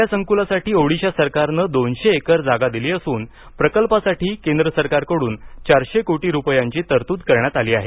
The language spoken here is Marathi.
या संकुलासाठी ओडिशा सरकारनं दोनशे एकर जागा दिली असून प्रकल्पासाठी केंद्र सरकारकडून चारशे कोटी रुपयांची तरतूद करण्यात आली आहे